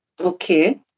okay